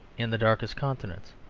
in the darkest continents.